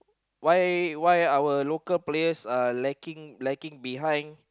why why our local players are lagging lagging behind